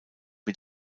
mit